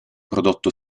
prodotto